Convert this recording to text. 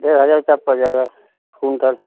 डेढ़ हज़ार रुपये पड़ जाएगी कुंटल